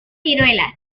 ciruelas